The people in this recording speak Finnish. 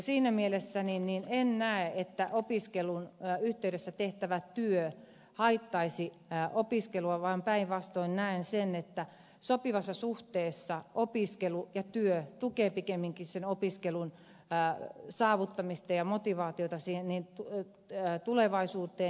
siinä mielessä en näe että opiskelun yhteydessä tehtävä työ haittaisi opiskelua vaan päinvastoin näen sen että sopivassa suhteessa opiskelu ja työ tukevat pikemminkin opiskelun tavoitteita ja motivaatiota tulevaisuuteen